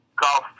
golf